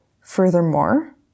Furthermore